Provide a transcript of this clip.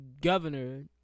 governor